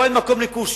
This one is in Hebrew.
פה אין מקום לכושים,